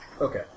Okay